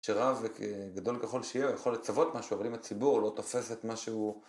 כשרב, גדול ככל שיהיה, הוא יכול לצוות משהו, אבל אם הציבור לא תופס את מה שהוא...